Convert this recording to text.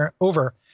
over